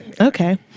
Okay